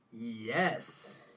Yes